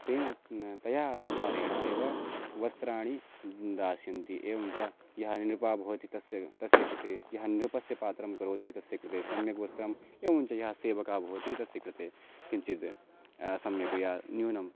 तेन तया अनुसारेण एव वस्त्राणि दास्यन्ति एवं च यः नृपः भवति तस्य तस्य कृते यः नृपस्य पात्रं करोति तस्य कृते सम्यग्वस्त्रं एवं च यः सेवकः भवति तस्य कृते किञ्चिद् सम्यगतया न्यूनम्